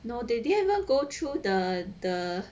no they didn't even go through the the